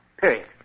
period